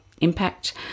impact